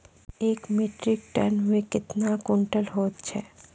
एक metric ton मे कतवा क्वींटल हैत छै?